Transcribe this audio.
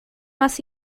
más